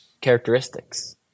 characteristics